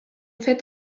fet